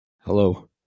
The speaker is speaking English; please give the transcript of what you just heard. hello